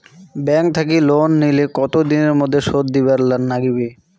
Bank থাকি loan নিলে কতো দিনের মধ্যে শোধ দিবার নাগিবে?